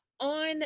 on